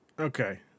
okay